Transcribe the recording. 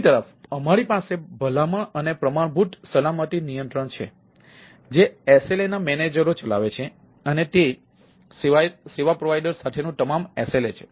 બીજી તરફ અમારી પાસે ભલામણ અને પ્રમાણભૂત સલામતી નિયંત્રણ છે જે SLA ના મેનેજરો ચલાવે છે અને તે સેવા પ્રોવાઇડર સાથે નું તમામ SLA છે